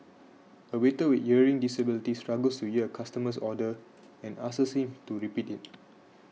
a waiter with a hearing disability struggles to year a customer's order and asks him to repeat it